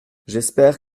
j’espère